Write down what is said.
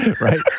Right